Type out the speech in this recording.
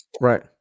Right